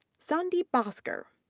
sandeep baskar,